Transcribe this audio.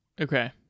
Okay